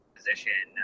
position